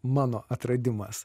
mano atradimas